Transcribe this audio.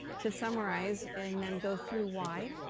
to summarize and then go through why,